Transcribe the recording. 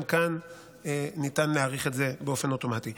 גם כאן ניתן להאריך את זה באופן אוטומטי.